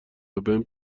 وبهم